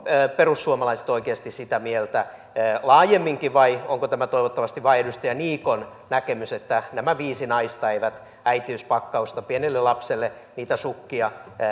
perussuomalaiset oikeasti sitä mieltä laajemminkin vai onko tämä toivottavasti vain edustaja niikon näkemys että nämä viisi naista eivät äitiyspakkausta pienelle lapselle sukkia ja